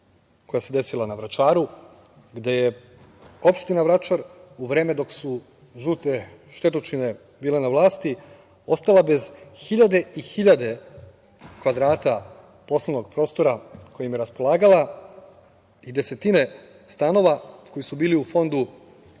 koja se desila na Vračaru, gde je opština Vračar u vreme dok su "žute štetočine" bile na vlasti, ostala bez hiljade i hiljade kvadrata poslovnog prostora kojim je raspolagala i desetine stanova koji su bili u fondu